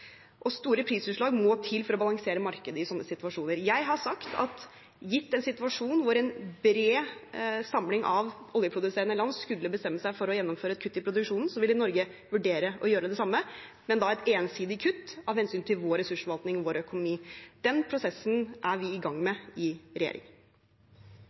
Store prisutslag må til for å balansere markedene i slike situasjoner. Jeg har sagt at gitt en situasjon hvor en bred samling av oljeproduserende land skulle bestemme seg for å gjennomføre et kutt i produksjonen, ville Norge vurdere å gjøre det samme, men da et ensidig kutt av hensyn til vår ressursforvaltning og vår økonomi. Den prosessen er vi i gang